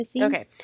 Okay